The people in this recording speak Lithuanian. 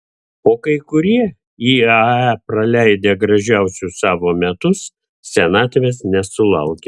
o kai kurie iae praleidę gražiausius savo metus senatvės nesulaukia